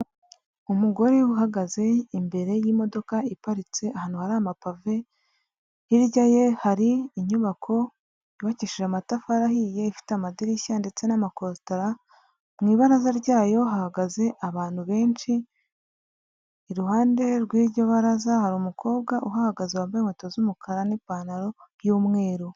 Umugore uhagaze imbere y'imodoka iparitse ahantu hari amapave, hirya ye hari inyubako yubakishije amatafari ahiye ifite amadirishya, ndetse n'amakositara, mu ibaraza ryayo, hahagaze abantu benshi, iruhande rw'iryo baraza hari umukobwa uhagaze wambaye inkweto z'umukara n'ipantaro y'umweru.